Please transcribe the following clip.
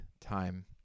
time